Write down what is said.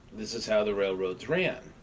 this is how the railroads ran,